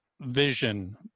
vision